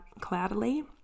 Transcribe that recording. cloudily